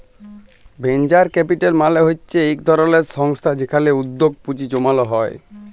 venture capital মালে হচ্যে ইক ধরলের সংস্থা যেখালে উদ্যগে পুঁজি জমাল হ্যয়ে